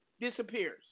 disappears